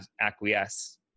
acquiesce